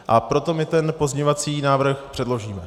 A proto my ten pozměňovací návrh předložíme.